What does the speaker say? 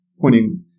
pointing